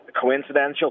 coincidental